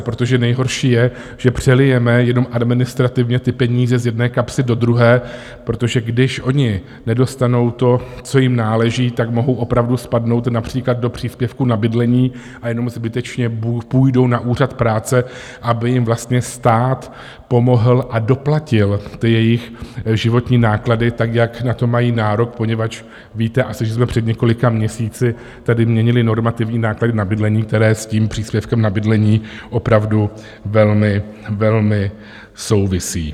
Protože nejhorší je, že přelijeme jenom administrativně ty peníze z jedné kapsy do druhé, protože když oni nedostanou to, co jim náleží, tak mohou opravdu spadnout například do příspěvku na bydlení a jenom zbytečně půjdou na úřad práce, aby jim stát pomohl a doplatil ty jejich životní náklady, tak jak na to mají nárok, poněvadž víte asi, že jsme před několika měsíci tady měnili normativní náklady na bydlení, které s tím příspěvkem na bydlení opravdu velmi souvisí.